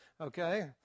okay